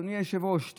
אדוני היושב-ראש?